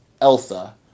Elsa